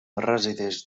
resideix